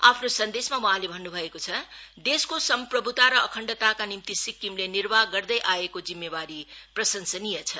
आफ्नो सन्देशमा वहाँले भन्नु भएको छ देशको सम्प्रभूता र अरबण्डताका निम्ति सिक्किमले निवार्ह गर्दै आइरहेको जिम्मेवारी प्रशंसनीय छ